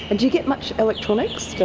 and you get much electronics?